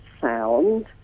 sound